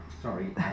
Sorry